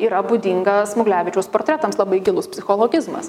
yra būdinga smuglevičiaus portretams labai gilus psichologizmas